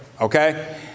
Okay